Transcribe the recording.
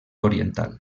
oriental